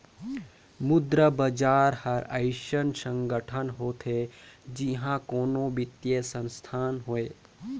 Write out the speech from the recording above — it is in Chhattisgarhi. मुद्रा बजार हर अइसन संगठन होथे जिहां कोनो बित्तीय संस्थान होए